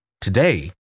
Today